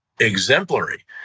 exemplary